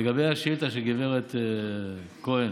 לגבי השאילתה של גברת אורית הכהן,